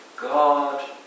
God